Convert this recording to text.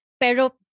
Pero